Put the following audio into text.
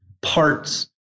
parts